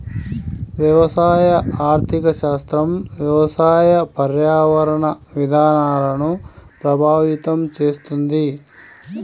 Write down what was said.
వ్యవసాయ ఆర్థిక శాస్త్రం వ్యవసాయ, పర్యావరణ విధానాలను ప్రభావితం చేస్తుంది